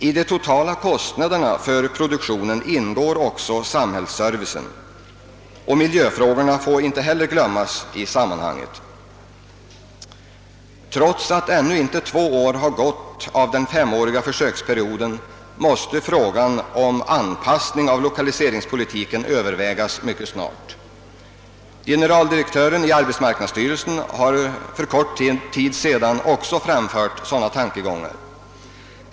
I de totala kostnaderna för produktionen ingår också samhällsservicen, och miljöfrågorna får inte heller glömmas i sammanhanget. Trots att ännu inte två år har gått av den femåriga försöksperioden måste frågan om anpassning av lokaliseringspolitiken övervägas mycket snart. Generaldirektören i arbetsmarknadsstyrelsen har för kort tid sedan också framfört sådana tankegångar.